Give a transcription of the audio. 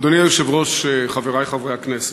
אדוני היושב-ראש, חברי חברי הכנסת,